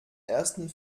ersten